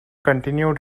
continued